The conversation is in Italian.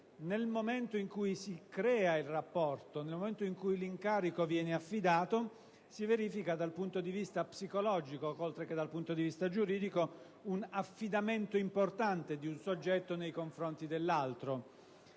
Nel momento in cui si crea il rapporto e l'incarico viene affidato, si verifica dal punto di vista psicologico, oltre che dal punto di vista giuridico, un affidamento importante di un soggetto nei confronti dell'altro.